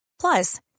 Plus